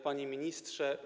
Panie Ministrze!